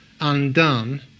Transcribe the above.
undone